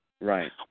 Right